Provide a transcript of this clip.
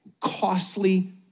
costly